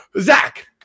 Zach